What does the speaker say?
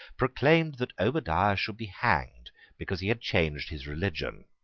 proclaimed that obadiah should be hanged because he had changed his religion.